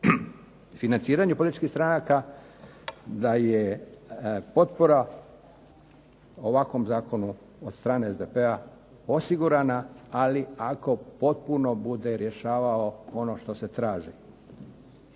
financiranju političkih stranaka, da je potpora ovakvom zakonu od strane SDP-a osigurana, ali ako potpuno bude rješavao ono što se traži,